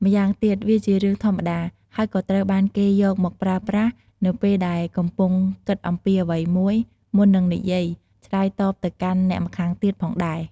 ម្យ៉ាងទៀត វាជារឿងធម្មតា ហើយក៏ត្រូវបានគេយកមកប្រើប្រាស់នៅពេលដែលកំពុងគិតអំពីអ្វីមួយមុននឹងនិយាយឆ្លើយតបទៅកាន់អ្នកម្ខាងទៀតផងដែរ។